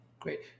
Great